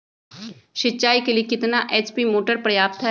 सिंचाई के लिए कितना एच.पी मोटर पर्याप्त है?